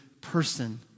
person